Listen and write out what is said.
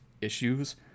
issues